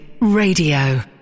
Radio